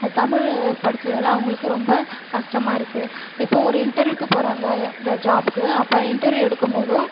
தமிழ் படிச்சதெல்லாம் உங்களுக்கு ரொம்ப கஷ்டமாக இருக்கு இப்போ ஒரு இன்டர்வியூக்கு போகறாங்க ஜாப்க்கு அப்போ இன்டர்வியூ எடுக்கும் போதும்